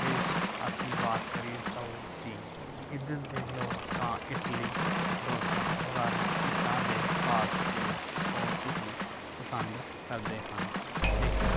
ਜੇ ਸ ਅਸੀਂ ਬਾਤ ਕਰੀਏ ਸਾਊਥ ਦੀ ਇੱਧਰ ਦੇ ਲੋਕ ਤਾਂ ਇਡਲੀ ਡੋਸਾ ਵਗੈਰਾ ਇੱਦਾਂ ਦੇ ਫਾਸਟ ਫੂਡ ਬਹੁਤ ਹੀ ਪਸੰਦ ਕਰਦੇ ਹਨ ਲੇਕਿਨ